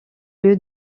lieu